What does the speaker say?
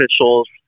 officials